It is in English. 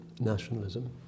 nationalism